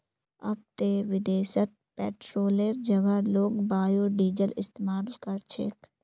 अब ते विदेशत पेट्रोलेर जगह लोग बायोडीजल इस्तमाल कर छेक